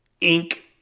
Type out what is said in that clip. ink